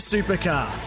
Supercar